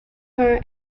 her